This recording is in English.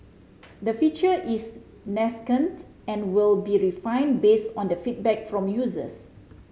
the feature is nascent and will be refined based on feedback from users